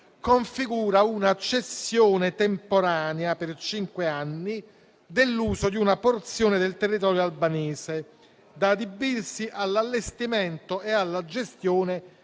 configura una cessione temporanea per cinque anni dell'uso di una porzione del territorio albanese da adibirsi all'allestimento e alla gestione